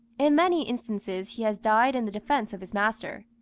in many instances he has died in the defence of his master.